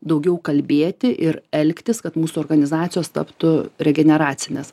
daugiau kalbėti ir elgtis kad mūsų organizacijos taptų regeneracinės